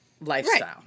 lifestyle